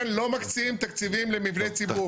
כן לא מקצים תקציבים למבני ציבור.